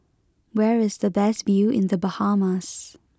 where is the best view in the Bahamas